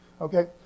Okay